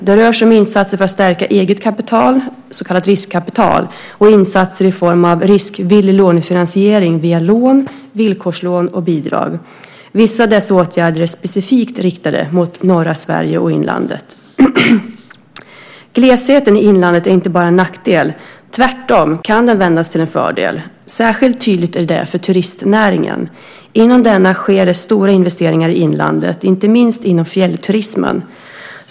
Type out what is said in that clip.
Det rör sig om insatser för att stärka eget kapital, så kallat riskkapital, och insatser i form av riskvillig lånefinansiering via lån, villkorslån och bidrag. Vissa av dessa åtgärder är specifikt riktade mot norra Sverige och inlandet. Glesheten i inlandet är inte bara en nackdel; tvärtom kan den vändas till en fördel. Särskilt tydligt är det för turistnäringen. Inom denna sker det stora investeringar i inlandet, inte minst inom fjällturismen.